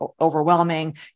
overwhelming